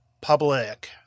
public